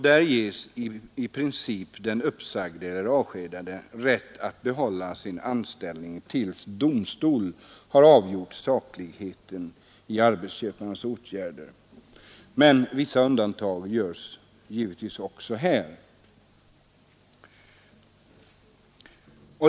Där ges i princip den uppsagde eller avskedade rätt att behålla sin anställning tills domstol har avgjort sakligheten i arbetsköparens åtgärder, men vissa undantag görs givetvis också här.